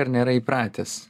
ir nėra įpratęs